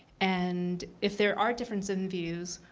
and if there are differences in views,